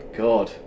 god